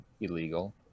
illegal